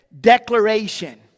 declaration